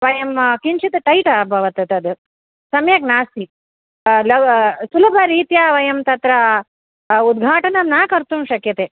वयं किञ्चित् टैट् अभवत् तद् सम्यक् नास्ति लव सुलभरीत्या वयं तत्र उद्घाटनं न कर्तुं शक्यते